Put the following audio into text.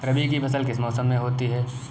रबी की फसल किस मौसम में होती है?